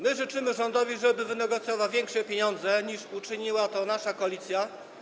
My życzymy rządowi, żeby wynegocjował większe pieniądze niż uczyniła to nasza koalicja.